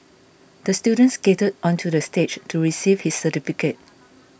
the student skated onto the stage to receive his certificate